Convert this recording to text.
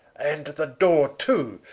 and at the dore too,